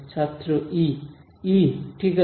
ছাত্র ই ই ঠিক আছে